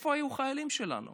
איפה היו החיילים שלנו